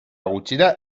gutxira